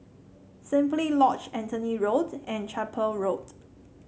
Simply Lodge Anthony Road and Chapel Road